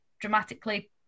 dramatically